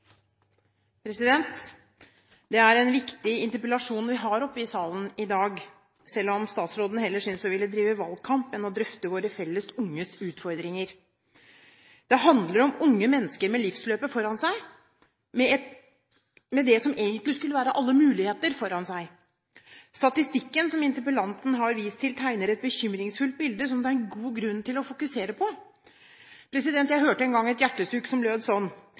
uføretrygding. Det er en viktig interpellasjon vi har oppe i salen i dag – selv om statsråden synes heller å ville drive valgkamp, enn å drøfte våre felles unges utfordringer. Det handler om unge mennesker med livsløpet foran seg, med det som egentlig skulle være alle muligheter foran seg. Statistikken som interpellanten har vist til, tegner et bekymringsfullt bilde, som det er god grunn til å fokusere på. Jeg hørte en gang et hjertesukk som lød sånn: